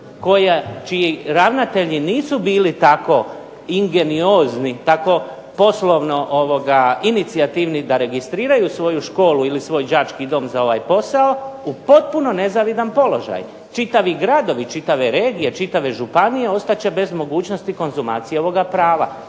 čiji ravnatelji nisu bili tako ingeniozni, tako poslovno inicijativni da registriraju svoju školu ili svoj đački dom za ovaj posao, u potpuno nezavidan položaj. Čitavi gradovi, čitave regije, čitave županije ostat će bez mogućnosti konzumacije ovoga prava.